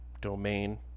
Domain